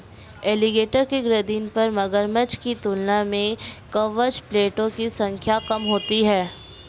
alligator के गर्दन पर मगरमच्छ की तुलना में कवच प्लेटो की संख्या कम होती है